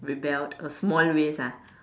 rebelled uh small ways ah